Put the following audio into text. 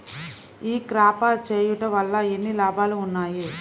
ఈ క్రాప చేయుట వల్ల ఎన్ని లాభాలు ఉన్నాయి?